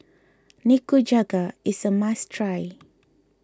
Nikujaga is a must try